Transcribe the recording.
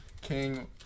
King